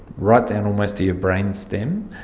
right down almost to your brain stem,